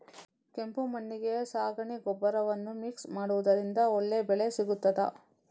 ಕೆಂಪು ಮಣ್ಣಿಗೆ ಸಗಣಿ ಗೊಬ್ಬರವನ್ನು ಮಿಕ್ಸ್ ಮಾಡುವುದರಿಂದ ಒಳ್ಳೆ ಬೆಳೆ ಸಿಗುತ್ತದಾ?